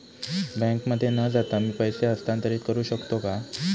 बँकेमध्ये न जाता मी पैसे हस्तांतरित करू शकतो का?